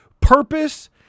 purpose